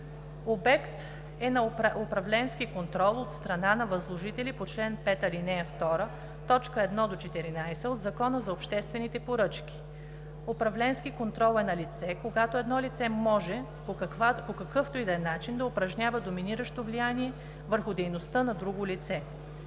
обект е на управленски контрол от страна на възложители по чл. 5, ал. 2, т. 1 – 14 от Закона за обществените поръчки; управленски контрол е налице, когато едно лице може по какъвто и да е начин да упражнява доминиращо влияние върху дейността на друго лице.